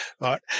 right